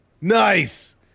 Nice